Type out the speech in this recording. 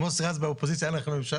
אם מוסי רז באופוזיציה, אנחנו בממשלה.